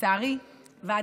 לצערי ולא להפתעתי,